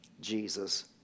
Jesus